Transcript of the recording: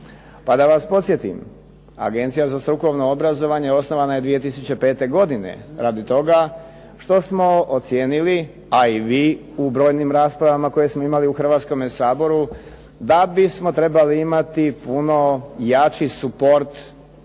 Pa da vas podsjetim, Agencija za strukovno obrazovanje osnovana je 2005. godine radi toga što smo ocijenili, a i vi u brojnim raspravama koje smo imali u Hrvatskome saboru, da bismo trebali imati puno jači suport,